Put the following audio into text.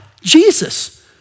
Jesus